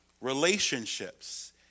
Relationships